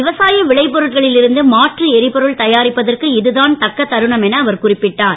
விவசாய விளைபொருட்களில் இருந்து மாற்று எரிபொருள் தயாரிப்பதற்கு இதுதான் தக்க தருணம் என அவர் குறிப்பிட்டார்